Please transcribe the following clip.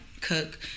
cook